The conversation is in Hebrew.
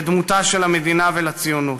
לדמותה של המדינה ולציונות,